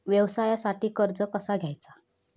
व्यवसायासाठी कर्ज कसा घ्यायचा?